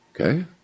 Okay